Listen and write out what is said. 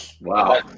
Wow